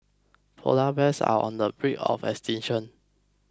Polar Bears are on the brink of extinction